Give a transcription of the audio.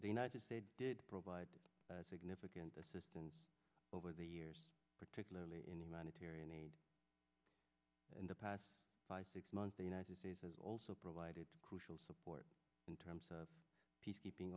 the united states did provide significant assistance over the years particularly in humanitarian aid in the past by six months the united states has also provided crucial support in terms of peacekeeping